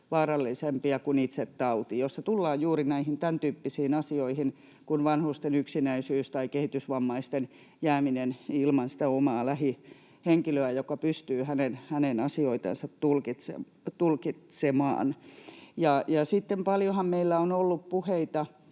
vaarallisempia kuin itse tauti. Siinä tullaan juuri näihin tämäntyyppisiin asioihin kuin vanhusten yksinäisyys tai kehitysvammaisten jääminen ilman sitä omaa lähihenkilöä, joka pystyy hänen asioitansa tulkitsemaan. Sitten paljonhan meillä on ollut puhetta